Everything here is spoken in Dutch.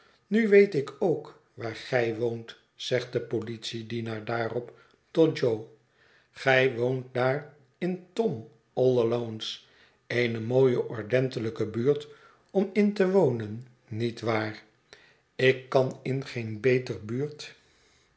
nu weet ik ook waar gij woont zegt de politiedienaar daarop tot jo gij woont daar in tom all al one's eene mooie ordentelijke buurt om in te wonen niet waar ik kan in geen beter buurt